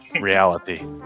reality